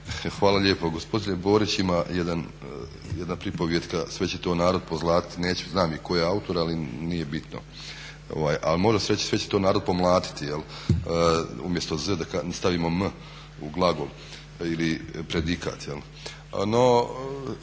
Hvala lijepo. Gospodine Borić, ima jedna pripovijetka: sve će to narod pozlatiti, neću, znam i tko je autor ali nije bitno. Ali možda sreće sve će narod pomlatiti, umjesto z da stavimo milijuna u glagol ili predikat.